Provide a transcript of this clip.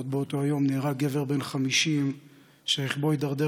עוד באותו היום נהרג גבר בן 50 שרכבו הידרדר